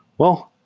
well,